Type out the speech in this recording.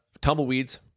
tumbleweeds